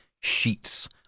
sheets